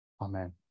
Amen